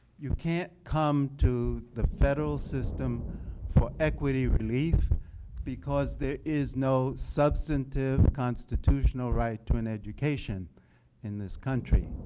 you can't come to the federal system for equity relief because there is no subsitive constitutional right to an education in this country.